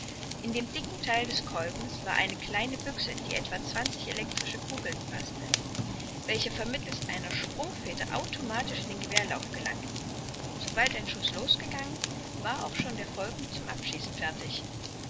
in dem dicken theil des kolbens war eine kleine büchse die etwa zwanzig elektrische kugeln faßte welche vermittelst einer sprungfeder automatisch in den gewehrlauf gelangten sobald ein schuß losgegangen war auch schon der folgende zum abschießen fertig